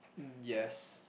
yes